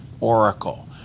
Oracle